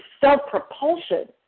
self-propulsion